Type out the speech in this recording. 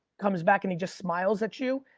comes back and he just smiles at you.